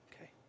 Okay